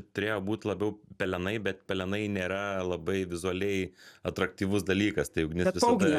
turėjo būt labiau pelenai bet pelenai nėra labai vizualiai atraktyvus dalykas tai ugnis visada